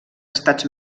estats